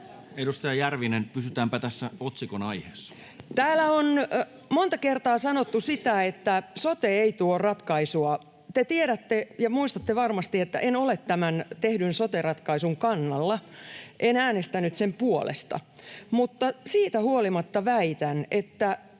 Puhemies koputtaa] Täällä on monta kertaa sanottu sitä, että sote ei tuo ratkaisua. Te tiedätte ja muistatte varmasti, että en ole tämän tehdyn sote-ratkaisun kannalla. En äänestänyt sen puolesta, mutta siitä huolimatta väitän, että